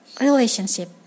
relationship